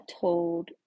told